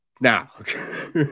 now